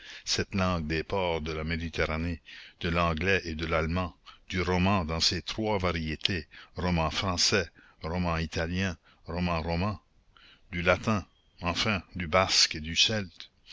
cette langue des ports de la méditerranée de l'anglais et de l'allemand du roman dans ses trois variétés roman français roman italien roman roman du latin enfin du basque et du celte